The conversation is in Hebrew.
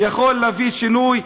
יכול להביא שינוי.